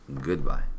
Goodbye